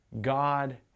God